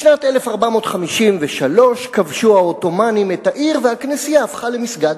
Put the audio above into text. בשנת 1453 כבשו העות'מאנים את העיר והכנסייה הפכה למסגד.